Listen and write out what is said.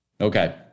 Okay